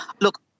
look